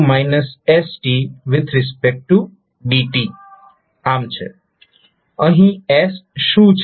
અહીં s શું છે